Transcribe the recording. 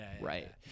Right